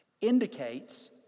Indicates